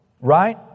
right